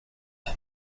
mon